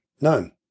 None